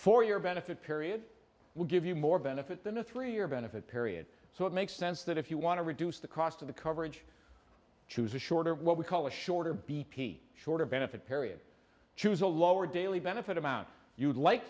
for your benefit period will give you more benefit than a three year benefit period so it makes sense that if you want to reduce the cost of the coverage choose a shorter what we call a shorter be shorter benefit period choose a lower daily benefit amount you'd like